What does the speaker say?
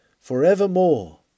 forevermore